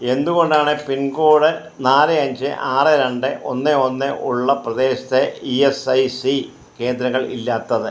എന്തുകൊണ്ടാണ് പിൻകോഡ് നാല് അഞ്ച് ആറ് രണ്ട് ഒന്ന് ഒന്ന് ഉള്ള പ്രദേശത്തെ ഇ എസ് ഐ സി കേന്ദ്രങ്ങൾ ഇല്ലാത്തത്